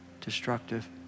destructive